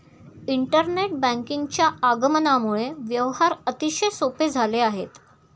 internet बँकिंगच्या आगमनामुळे व्यवहार अतिशय सोपे झाले आहेत